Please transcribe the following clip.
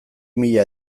mila